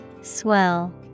Swell